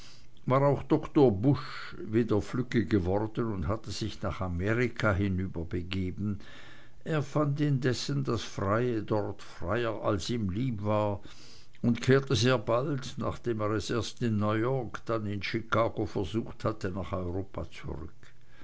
war auch doktor pusch wieder flügge geworden und hatte sich nach amerika hinüberbegeben er fand indessen das freie dort freier als ihm lieb war und kehrte sehr bald nachdem er es erst in new york dann in chicago versucht hatte nach europa zurück